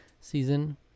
season